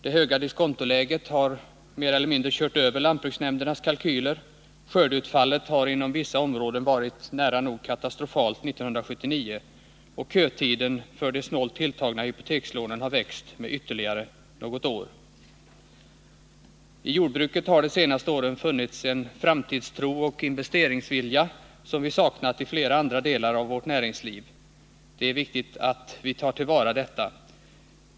Det höga diskontoläget har mer eller mindre ”kört över” lantbruksnämndernas kalkyler, skördeutfallet 1979 har inom vissa områden varit nära noga katastrofalt och kötiden för erhållande av de snålt tilltagna hypotekslånen har växt med ytterligare något år. I jordbruket har de senaste åren funnits en framtidstro och investeringsvilja som vi saknat i många andra delar av vårt näringsliv. Det är viktigt att vi tar till vara detta.